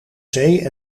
zee